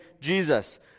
Jesus